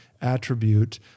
attribute